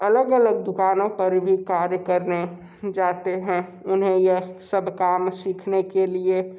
अलग अलग दुकानों पर भी कार्य करने जाते हैं उन्हें यह सब काम सीखने के लिए